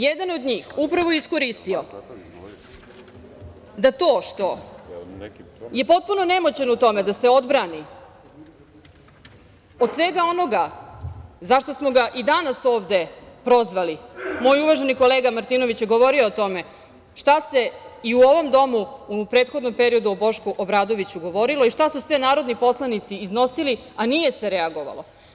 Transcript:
Jedan od njih upravo je iskoristio da to što je potpuno nemoćan u tome da se odbrani od svega onoga zašto smo ga i danas ovde prozvali, moj uvaženi kolega Martinović je govorio o tome, šta se i u ovom domu u prethodnom periodu o Bošku Obradoviću govorilo i šta su sve narodni poslanici iznosili, a nije se reagovalo.